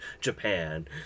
Japan